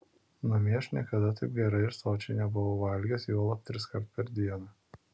namie aš niekada taip gerai ir sočiai nebuvau valgęs juolab triskart per dieną